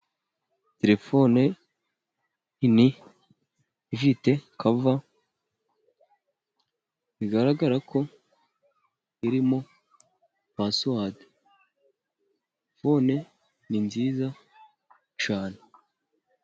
Terefone nini ifite kava bigaragara ko irimo pasuwadi; terefone ni nziza cyane.